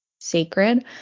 sacred